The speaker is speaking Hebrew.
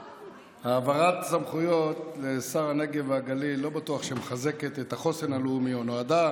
העברת סמכויות לשר הנגב והגליל לא בטוח שמחזקת את החוסן הלאומי או נועדה